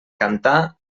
cantar